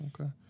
okay